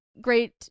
great